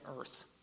earth